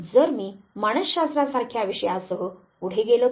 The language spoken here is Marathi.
जर मी मानसशास्त्रा सारख्या विषयासह पुढे गेलो तर